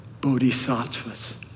bodhisattvas